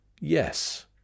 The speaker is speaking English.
yes